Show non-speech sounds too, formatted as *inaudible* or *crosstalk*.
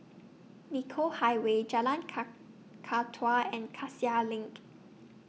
Nicoll Highway Jalan *unintelligible* Kakatua and Cassia LINK